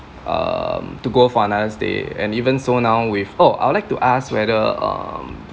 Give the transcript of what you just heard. um to go for another stay and even so now with oh I would like to ask whether um